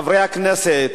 חברי הכנסת,